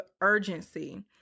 urgency